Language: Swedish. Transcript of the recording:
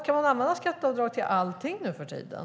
Kan man använda skatteavdrag till allting nu för tiden?